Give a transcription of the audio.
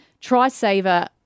try-saver